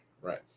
Right